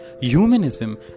humanism